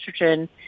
estrogen